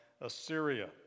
Assyria